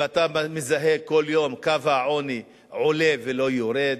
ואתה מזהה כל יום שקו העוני עולה, ולא יורד,